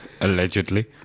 Allegedly